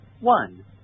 One